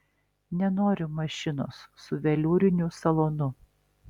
nenoriu mašinos su veliūriniu salonu